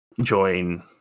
join